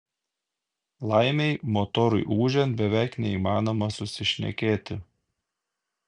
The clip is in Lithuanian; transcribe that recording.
laimei motorui ūžiant beveik neįmanoma susišnekėti